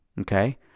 Okay